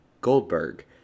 Goldberg